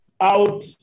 out